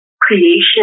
creation